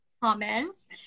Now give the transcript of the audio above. comments